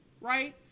right